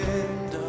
end